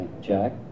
Jack